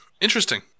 interesting